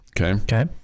Okay